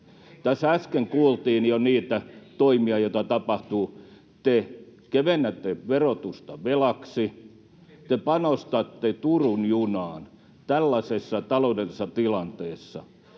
Tässä äsken kuultiin jo niitä toimia, joita tapahtuu. Te kevennätte verotusta velaksi. [Jani Mäkelä: Ei pidä paikkaansa!] Te panostatte Turun junaan tällaisessa taloudellisessa tilanteessa.